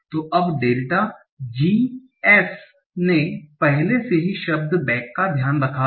तो अब delta g S ने पहले से ही शब्द बैक का ध्यान रखा हैं